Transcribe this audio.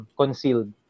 concealed